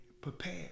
prepare